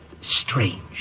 strange